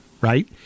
Right